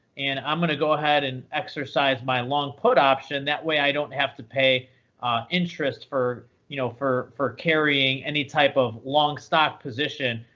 and i'm going to go ahead and exercise my long put option. that way i don't have to pay interest for you know for carrying any type of long stock position.